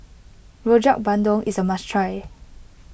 Rojak Bandung is a must try